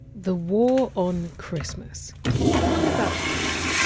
the war on christmas when did that start?